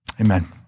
Amen